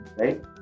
Right